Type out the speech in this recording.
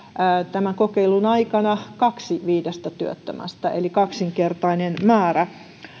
tämän kokeilun aikana kaksi viidestä työttömästä eli kaksinkertainen määrä